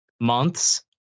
months